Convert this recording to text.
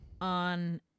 on